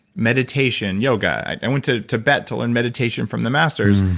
meditation, yoga. i went to tibet to learn meditation from the masters.